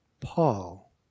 Paul